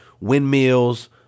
windmills